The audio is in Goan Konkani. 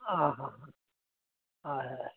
आं हां हय हय